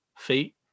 Feet